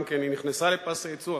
גם היא נכנסה לפס הייצור,